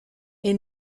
est